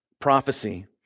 prophecy